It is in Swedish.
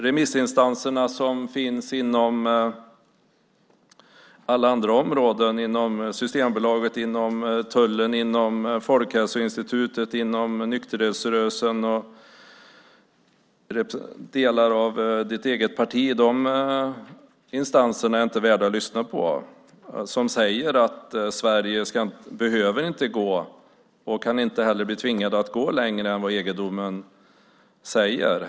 Remissinstanserna, som finns inom alla andra områden, inom Systembolaget, tullen, Folkhälsoinstitutet, nykterhetsrörelsen och delar av ditt eget parti, är inte värda att lyssna på. De säger att Sverige inte behöver och inte heller kan bli tvingat att gå längre än vad EG-domen säger.